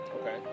Okay